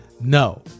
no